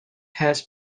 has